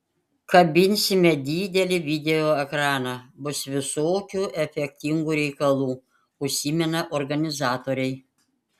kabinsime didelį video ekraną bus visokių efektingų reikalų užsimena organizatoriai